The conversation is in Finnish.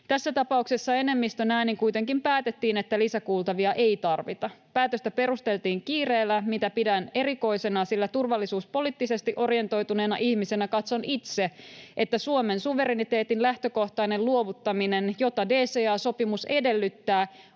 Tässä tapauksessa enemmistön äänin kuitenkin päätettiin, että lisäkuultavia ei tarvita. Päätöstä perusteltiin kiireellä, mitä pidän erikoisena, sillä turvallisuuspoliittisesti orientoituneena ihmisenä katson itse, että Suomen suvereniteetin lähtökohtainen luovuttaminen, jota DCA-sopimus edellyttää,